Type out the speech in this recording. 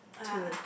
to